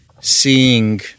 Seeing